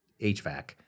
HVAC